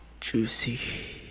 juicy